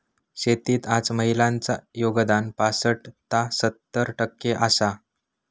शेतीत आज महिलांचा योगदान पासट ता सत्तर टक्के आसा